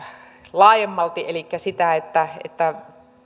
laajemmalti elikkä siitä että